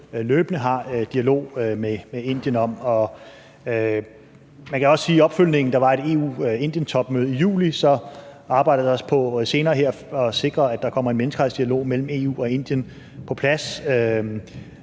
løbende har en dialog med Indien om. Man kan også sige, at i opfølgningen af, at der var et EU-Indien-topmøde i juli, arbejdes der på her senere at sikre, at der kommer en menneskerettighedsdialog mellem EU og Indien på plads.